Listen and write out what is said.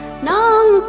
know